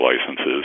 licenses